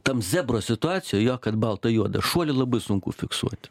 tam zebro situacijoj jo kad balta juoda šuolį labai sunku fiksuot